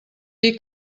dir